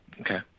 Okay